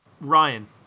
Ryan